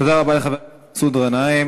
תודה רבה לחבר הכנסת מסעוד גנאים.